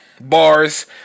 bars